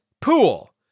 pool